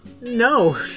No